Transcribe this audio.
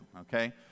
okay